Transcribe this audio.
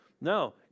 No